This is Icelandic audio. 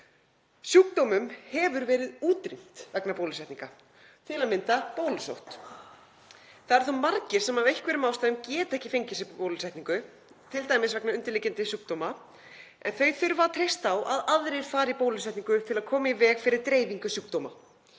Sjúkdómum hefur verið útrýmt vegna bólusetninga, til að mynda bólusótt. Það eru þó margir sem af einhverjum ástæðum geta ekki fengið bólusetningu, t.d. vegna undirliggjandi sjúkdóma, en þeir þurfa að treysta á að aðrir fari í bólusetningu til að koma í veg fyrir dreifingu sjúkdóma.